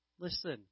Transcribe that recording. Listen